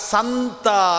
Santa